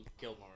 Gilmore